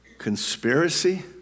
conspiracy